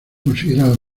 considerado